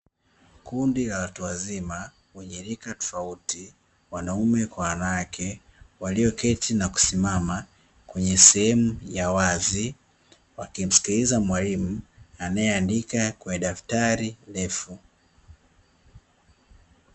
Kundi la watu wazima wenye rika tofauti, wanaume kwa wanawake walioketi na kusimama kwenye sehemu ya wazi wakimskiliza mwalimu anayeandika kwenye daftari refu.